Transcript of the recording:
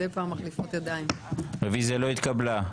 לא התקבלה.